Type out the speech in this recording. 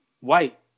white